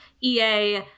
ea